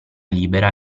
libera